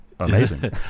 amazing